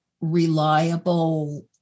reliable